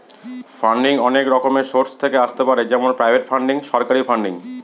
funding অনেক রকমের source থেকে আসতে পারে যেমন প্রাইভেট ফান্ডিং, সরকারি ফান্ডিং